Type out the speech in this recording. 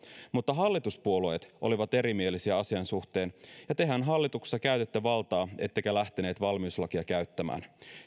mutta hallituspuolueet olivat erimielisiä asian suhteen ja tehän hallituksessa käytitte valtaa ettekä lähteneet valmiuslakia käyttämään